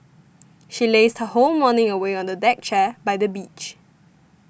she lazed her whole morning away on a deck chair by the beach